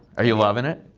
are you loving it?